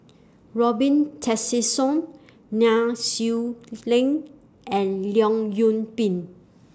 Robin Tessensohn Nai Swee Leng and Leong Yoon Pin